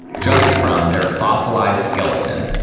just from their fossilized skeleton,